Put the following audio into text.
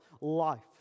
life